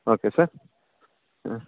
okay sir ಹಾಂ